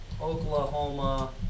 Oklahoma